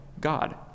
God